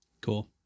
Cool